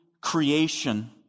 creation